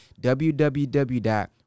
www